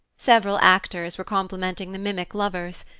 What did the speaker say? several actors were complimenting the mimic lovers.